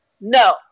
No